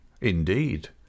Indeed